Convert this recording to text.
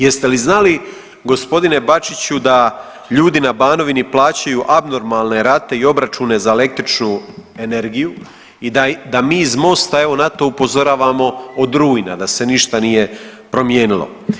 Jeste li znali g. Bačiću da ljudi na Banovini plaćaju abnormalne rate i obračune za električnu energiju i da mi iz Mosta evo na to upozoravamo od rujna da se ništa nije promijenilo.